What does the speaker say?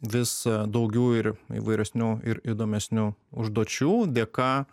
vis daugiau ir įvairesnių ir įdomesnių užduočių dėka